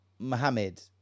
Mohammed